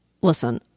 listen